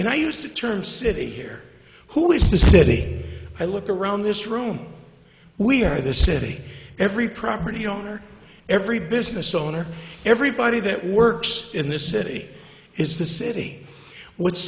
and i used the term city here who is the city i look around this room we are the city every property owner every business owner everybody that works in this city is the city what